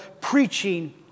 preaching